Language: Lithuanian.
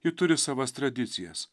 ji turi savas tradicijas